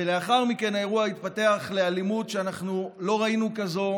לאחר מכן האירוע התפתח לאלימות שלא ראינו כמוה,